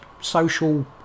social